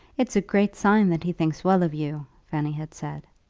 it's a great sign that he thinks well of you, fanny had said.